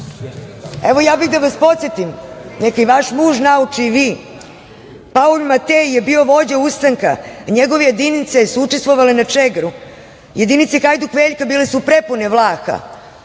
ja bih da vas podsetim, neka i vaš muž nauči, a i vi, Pauljom Matej je bio vođa ustanka, njegove jedinice su učestvovale na Čegru, jedinice hajduk Veljka su bile prepune Vlaha,